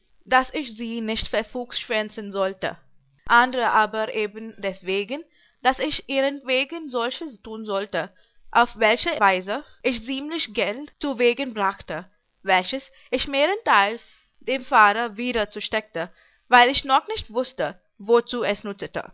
daß ich sie nicht verfuchsschwänzen sollte andere aber eben deswegen daß ich ihrentwegen solches tun sollte auf welche weise ich ziemlich geld zuwegen brachte welches ich mehrenteils dem pfarrer wieder zusteckte weil ich noch nicht wußte worzu es